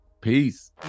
Peace